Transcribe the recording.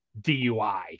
DUI